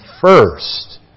first